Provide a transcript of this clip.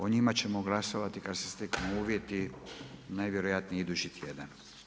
O njima ćemo glasovati kada se steknu uvjeti najvjerojatnije idući tjedan.